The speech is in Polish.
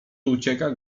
ucieka